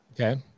Okay